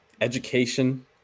education